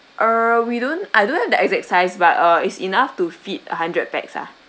err we don't I don't have the exact size but uh is enough to feed a hundred pax ah